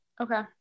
Okay